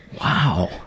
wow